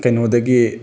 ꯀꯩꯅꯣꯗꯒꯤ